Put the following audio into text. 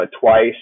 twice